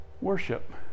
worship